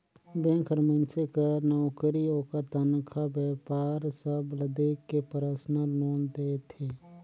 bank हर मइनसे कर नउकरी, ओकर तनखा, बयपार सब ल देख के परसनल लोन देथे